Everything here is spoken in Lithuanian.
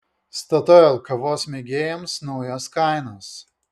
statoil kavos mėgėjams naujos kainos